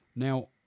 Now